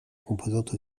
composante